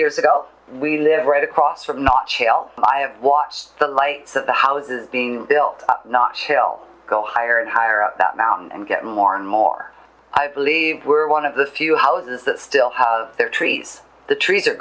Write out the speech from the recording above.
years ago we live right across from nacelle i have watched the lights of the houses being built not chill go higher and higher up that mountain and get more and more i believe we're one of the few houses that still have their trees the trees are